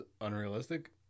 unrealistic